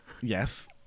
Yes